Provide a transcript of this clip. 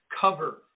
Cover